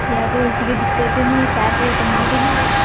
जां कोई रूट्टी दिक्कत ते नि पैसे दी तंगी ते नि किश